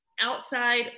outside